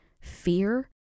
fear